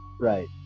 right